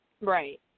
Right